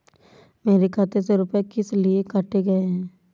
मेरे खाते से रुपय किस लिए काटे गए हैं?